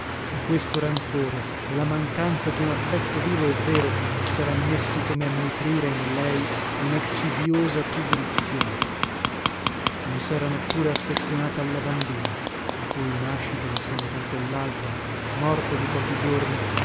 e questo rancore e la mancanza dun affetto vivo e vero seran messi come a nutrire in lei unaccidiosa pigrizia non sera neppure affezionata alla bambina la cui nascita insieme con quellaltra morta di pochi giorni